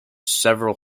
several